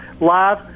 live